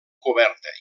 coberta